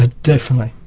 ah definitely.